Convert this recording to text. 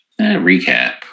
Recap